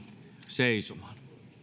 seisomaan